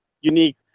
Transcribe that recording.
unique